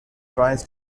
tries